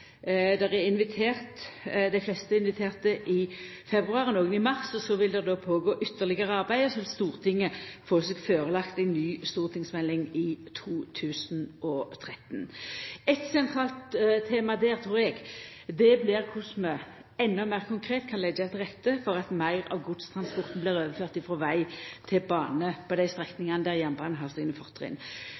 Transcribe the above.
Dei fleste er inviterte i februar, og nokre i mars, så vil det då gå føre seg ytterlegare arbeid, og så vil Stortinget få seg førelagt ei ny stortingsmelding i 2013. Eit sentralt tema der trur eg, blir korleis vi endå meir konkret kan leggja til rette for at meir av godstransporten blir overført frå veg til bane på dei strekningane der jernbanen har sine fortrinn.